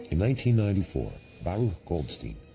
and ninety ninety four, baruch goldstein,